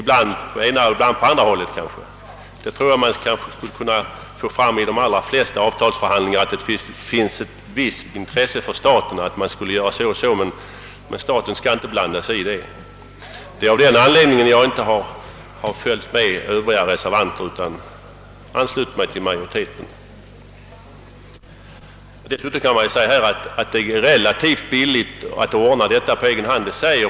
Jag tror att man i de flesta avtalsförhandlingar kan påvisa, att det på ett eller annat sätt finns ett intresse för staten att man gör så eller så. Men staten skall inte blanda sig i avtalsförhandlingar. Det är av denna anledning jag inte följt reservanterna utan anslutit mig till majoriteten. Dessutom är ett skydd av detta slag relativt billigt att ordna på egen hand.